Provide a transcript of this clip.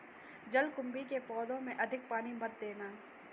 जलकुंभी के पौधों में अधिक पानी मत देना